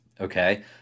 okay